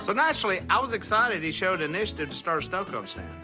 so naturally, i was excited he showed initiative to start a snow cone stand.